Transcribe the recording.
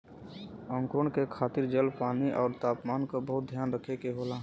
अंकुरण के खातिर जल, पानी आउर तापमान क बहुत ध्यान रखे के होला